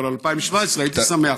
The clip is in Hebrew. אבל על 2017 הייתי שמח.